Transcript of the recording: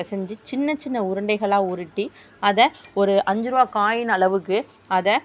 பிசஞ்சி சின்னச்சின்ன உருண்டைகளாக உருட்டி அதை ஒரு அஞ்சு ருபா காயின் அளவுக்கு அதை